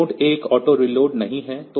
तो mode 1 auto reload नहीं है